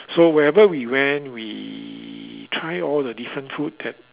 so wherever we went we try all the different food that